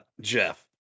Jeff